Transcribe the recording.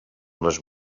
les